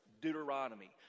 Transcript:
Deuteronomy